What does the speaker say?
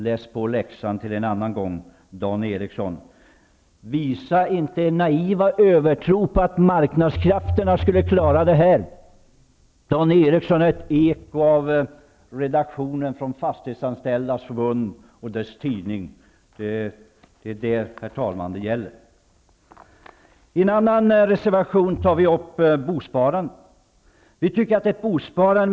Läs på läxan till en annan gång, Dan Eriksson! Visa inte er naiva övertro på att marknadskrafterna klarar det här! Dan Eriksson är ett eko av redaktionen på fastighetsägarnas tidning. I en annan reservation tar vi upp bosparandet.